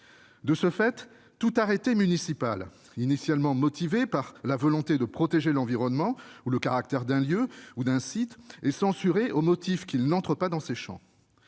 De ce fait, tout arrêté municipal initialement motivé par la volonté de protéger l'environnement ou le caractère d'un lieu ou d'un site est censuré, au motif qu'il n'entre pas dans ces champs.